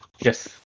Yes